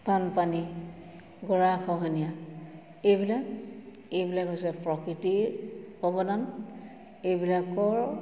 বানপানী গৰাখহনীয়া এইবিলাক এইবিলাক হৈছে প্ৰকৃতিৰ অৱদান এইবিলাকৰ